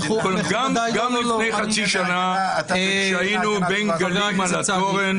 גם לפני חצי שנה, כשהיינו בין גלים על התורן.